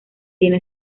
tiene